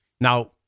Now